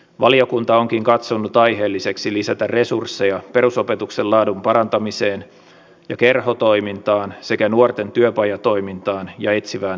valiokunta onkin katsonut aiheelliseksi lisätä resursseja perusopetuksen laadun parantamiseen ja kerhotoimintaan sekä nuorten työpajatoimintaan ja etsivään nuorisotyöhön